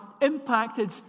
impacted